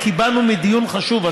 כי באנו מדיון חשוב,